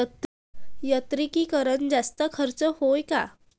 यांत्रिकीकरण जास्त खर्चाचं हाये का?